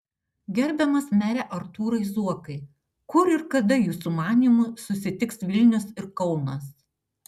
gerbiamas mere artūrai zuokai kur ir kada jūsų manymu susitiks vilnius ir kaunas